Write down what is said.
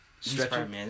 stretching